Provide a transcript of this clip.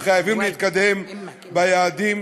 חייבים להתקדם ביעדים,